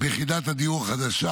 ביחידת הדיור החדשה.